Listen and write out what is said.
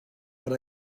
per